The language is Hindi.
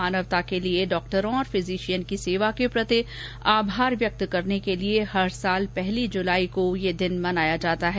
मानवता के लिए डॉक्टरों और फिजिशियन की सेवा के प्रति आभार व्यक्त करने के लिए प्रति वर्ष पहली जुलाई को यह दिवस मनाया जाता है